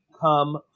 come